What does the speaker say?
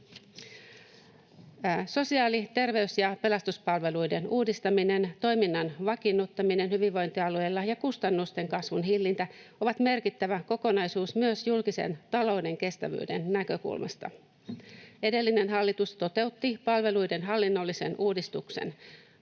Sosiaali-, terveys- ja pelastuspalveluiden uudistaminen, toiminnan vakiinnuttaminen hyvinvointialueilla ja kustannusten kasvun hillintä ovat merkittävä kokonaisuus myös julkisen talouden kestävyyden näkökulmasta. Edellinen hallitus toteutti palveluiden hallinnollisen uudistuksen.